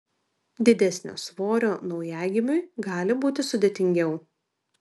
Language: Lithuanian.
didesnio svorio naujagimiui gali būti sudėtingiau